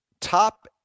top